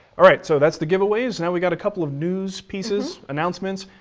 all right, so that's the giveaways. now we gotta couple of news pieces, announcements.